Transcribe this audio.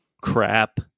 crap